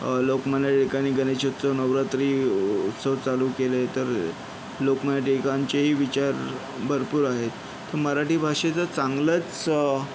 लोकमान्य टिळकांनी गणेश उत्सव नवरात्री उ उत्सव चालू केले तर लोकमान्य टिळकांचेही विचार भरपूर आहेत तर मराठी भाषेचं चांगलच